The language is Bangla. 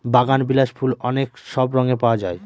বাগানবিলাস ফুল অনেক সব রঙে পাওয়া যায়